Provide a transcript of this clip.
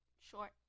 short